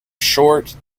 short